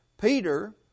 Peter